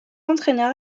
entraineur